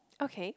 okay